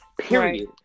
Period